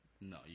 No